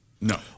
No